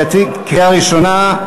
קריאה ראשונה.